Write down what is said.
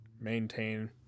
maintain